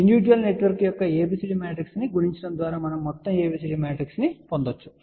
individual network యొక్క ABCD matrix ను గుణించడం ద్వారా మనం మొత్తం ABCD మ్యాట్రిక్స్ ను కనుగొనవచ్చు